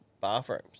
bathrooms